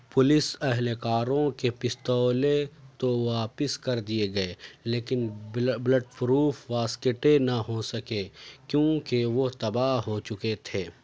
police اہلکاروں کے پستولے تو واپس کر دیے گئے لیکن بلٹ پروف واسکٹے نہ ہو سکے کیوںکہ وہ تباہ ہو چکے تھے